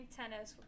tennis